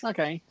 Okay